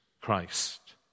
Christ